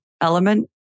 element